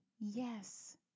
Yes